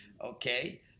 Okay